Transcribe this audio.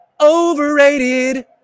Overrated